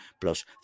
plus